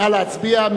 נא להצביע.